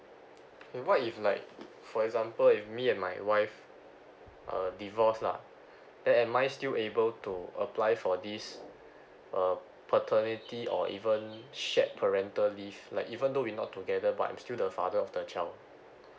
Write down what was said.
okay what if like for example if me and my wife uh divorce lah then am I still able to apply for this uh paternity or even shared parental leave like even though we not together but I'm still the father of the child